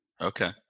Okay